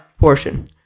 portion